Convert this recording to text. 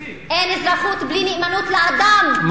אין אזרחות בלי נאמנות לאדם,